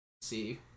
see